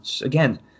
again